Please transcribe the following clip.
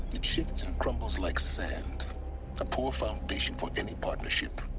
it shifts and crumbles like sand a poor foundation for any partnership.